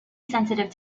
sensitive